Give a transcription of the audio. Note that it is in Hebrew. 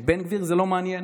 את בן גביר זה לא מעניין.